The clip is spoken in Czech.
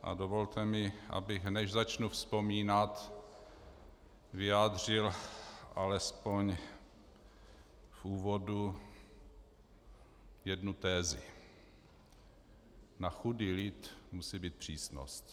A dovolte mi, abych než začnu vzpomínat, vyjádřil alespoň v úvodu jednu tezi: Na chudý lid musí být přísnost.